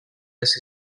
les